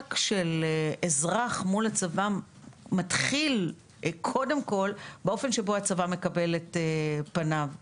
הממשק של אזרח מול הצבא מתחיל קודם כל באופן שבו הצבא מקבל את פניו.